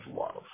love